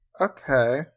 okay